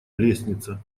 лестница